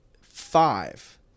five